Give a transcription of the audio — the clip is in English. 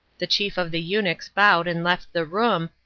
the chief of the eunuchs bowed and left the room,